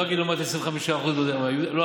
לא אגיד לעומת 25% לא אגיד,